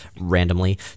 randomly